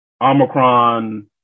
Omicron